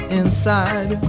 inside